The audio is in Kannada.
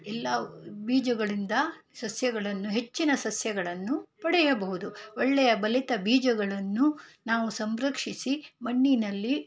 ಎಲ್ಲ ಬೀಜಗಳಿಂದ ಸಸ್ಯಗಳನ್ನು ಹೆಚ್ಚಿನ ಸಸ್ಯಗಳನ್ನು ಪಡೆಯಬಹುದು ಒಳ್ಳೆಯ ಬಲಿತ ಬೀಜಗಳನ್ನು ನಾವು ಸಂರಕ್ಷಿಸಿ ಮಣ್ಣಿನಲ್ಲಿ